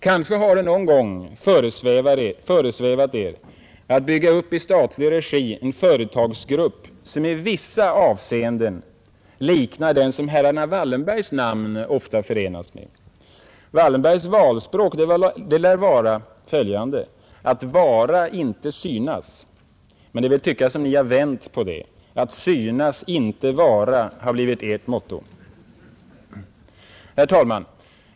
Kanske har det någon gång föresvävat Er att i statlig regi bygga upp en företagsgrupp som i vissa avseenden liknar den som herrarna Wallenbergs namn ofta förenas med. Wallenbergs valspråk lär vara: ”Att vara, inte synas”, men Ni tycks ha vänt på det: ”Att synas, inte vara”, har blivit Ert Herr talman!